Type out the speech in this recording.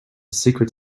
secret